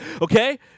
Okay